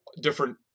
different